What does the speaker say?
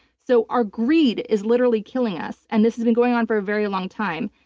so our greed is literally killing us and this has been going on for a very long time,